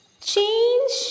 Change